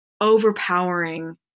overpowering